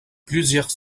plusieurs